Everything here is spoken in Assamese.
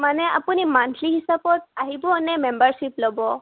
মানে আপুনি মান্থলি হিচাপত আহিব নে মেম্বাৰশ্বিপ ল'ব